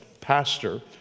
pastor